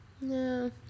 no